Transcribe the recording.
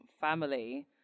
family